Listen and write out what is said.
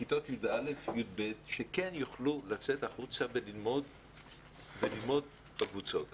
כיתות י"א-י"ב שכן יוכלו לצאת החוצה וללמוד בקבוצות האלה.